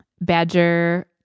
Badger